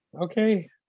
okay